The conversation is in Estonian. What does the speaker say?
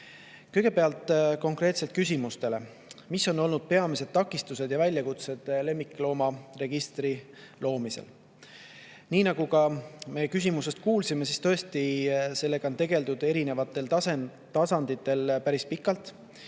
vastan konkreetselt küsimustele. "Mis on olnud peamised takistused ja väljakutsed lemmikloomaregistri loomisel?" Nii nagu me küsimusest kuulsime, tõesti, sellega on tegeldud erinevatel tasanditel päris pikalt.